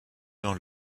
dans